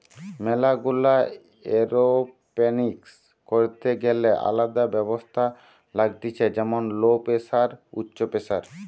ম্যালা গুলা এরওপনিক্স করিতে গ্যালে আলদা ব্যবস্থা লাগতিছে যেমন লো প্রেসার, উচ্চ প্রেসার